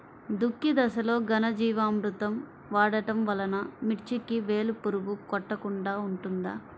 దుక్కి దశలో ఘనజీవామృతం వాడటం వలన మిర్చికి వేలు పురుగు కొట్టకుండా ఉంటుంది?